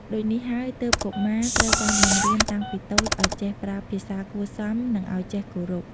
ដូចនេះហើយទើបកុមារត្រូវបានបង្រៀនតាំងពីតូចឲ្យចេះប្រើភាសារគួរសម និងអោយចេះគោរព។